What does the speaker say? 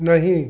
नहीं